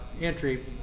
entry